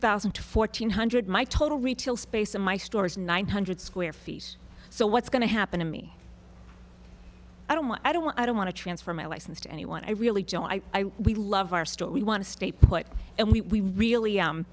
thousand to fourteen hundred my total retail space in my store is nine hundred square feet so what's going to happen to me i don't want i don't want i don't want to transfer my license to anyone i really joe i we love our store we want to stay put and we really